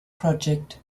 project